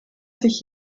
sich